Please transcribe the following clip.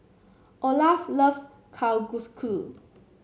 Olaf loves Kalguksu